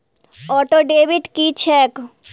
Auto debit की छैक?